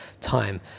time